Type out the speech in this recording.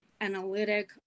analytic